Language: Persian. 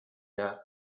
کرد